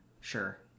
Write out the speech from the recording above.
Sure